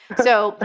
so, but